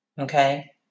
Okay